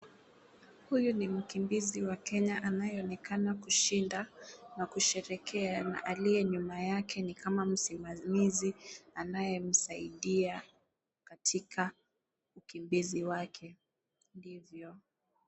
Huyu ni mkimbizi wa Kenya anayeonekana kushinda na kusherehekea na aliye nyuma yake ni kama msimamizi anayemsaidia katika ukimbizi wake ndivyo.